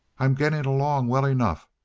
i'm getting along well enough,